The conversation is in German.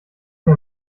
mir